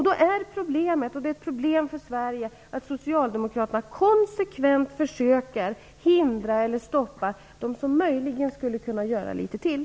Då är problemet, och det är ett problem för Sverige, att Socialdemokraterna konsekvent försöker hindra eller stoppa dem som möjligen skulle kunna göra litet till.